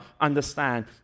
understand